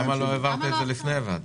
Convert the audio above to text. למה לא העברתם לפני ישיבת הוועדה?